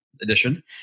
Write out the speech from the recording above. edition